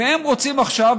והם רוצים עכשיו,